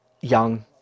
young